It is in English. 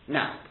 now